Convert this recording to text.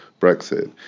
brexit